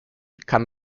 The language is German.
kann